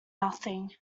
nothing